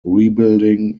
rebuilding